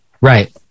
right